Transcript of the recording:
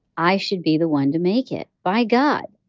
i should be the one to make it. by god,